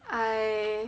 I